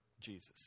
Jesus